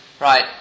Right